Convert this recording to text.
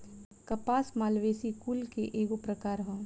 कपास मालवेसी कुल के एगो प्रकार ह